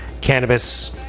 cannabis